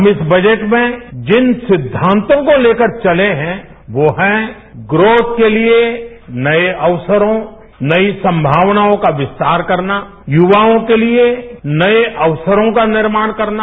हम इस बजट में जिन सिद्वांतों को लेकर चले हैं वो हैं ग्रोथ के लिए नए अवसरों नई संभावनाओं का विस्तार करना युवाओं के लिए नए अवसरों का निर्माण करना